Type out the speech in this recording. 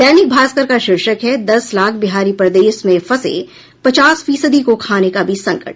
दैनिक भास्कर का शीर्षक है दस लाख बिहारी परदेश में फंसे पचास फीसदी को खाने का भी संकट